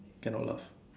cannot laugh